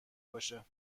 باشد